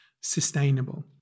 sustainable